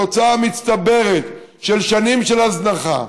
זו התוצאה המצטברת של שנים של הזנחה,